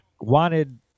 wanted